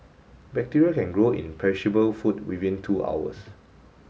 bacteria can grow in perishable food within two hours